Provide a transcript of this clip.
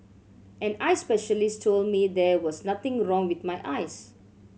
an eye specialist told me there was nothing wrong with my eyes